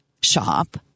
shop